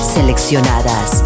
Seleccionadas